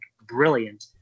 brilliant